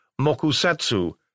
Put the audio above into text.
mokusatsu